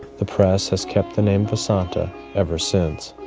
the press has kept the name vasanta ever since.